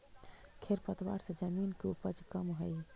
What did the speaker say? खेर पतवार से जमीन के उपज कमऽ हई